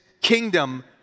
kingdom